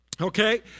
okay